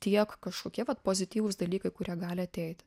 tiek kažkokie vat pozityvūs dalykai kurie gali ateit